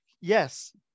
yes